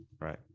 right